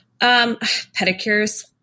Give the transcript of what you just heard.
Pedicures